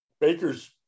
Baker's